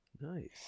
Nice